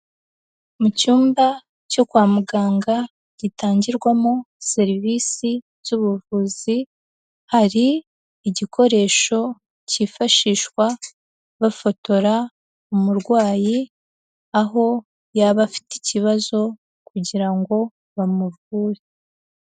Mu cyumba cyo kwa muganga gitangirwamo serivisi z'ubuvuzi, hari igikoresho cyifashishwa bafotora umurwayi aho yaba afite ikibazo kugira ngo bamuvure.